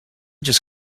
just